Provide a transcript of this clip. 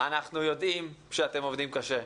אנחנו יודעים שאתם עובדים קשה.